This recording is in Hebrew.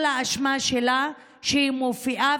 כל האשמה שלה, שהיא מופיעה